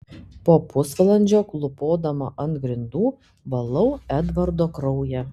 po pusvalandžio klūpodama ant grindų valau edvardo kraują